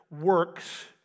works